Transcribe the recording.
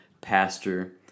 Pastor